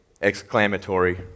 exclamatory